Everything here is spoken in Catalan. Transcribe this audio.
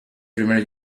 primer